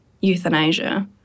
euthanasia